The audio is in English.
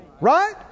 Right